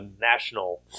National